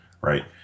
right